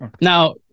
now